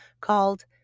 called